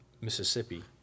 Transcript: Mississippi